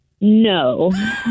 No